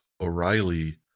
O'Reilly